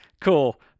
cool